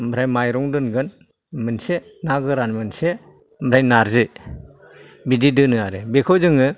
ओमफ्राय मायरं दोनगोन मोनसे ना गोरान मोनसे ओमफ्राय नार्जि बिदि दोनो आरो बेखौ जोङो